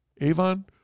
Avon